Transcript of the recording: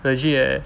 legit eh